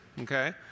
okay